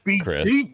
Chris